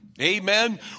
Amen